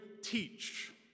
teach